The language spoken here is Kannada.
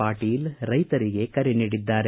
ಪಾಟೀಲ್ ರೈತರಿಗೆ ಕರೆ ನೀಡಿದ್ದಾರೆ